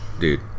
dude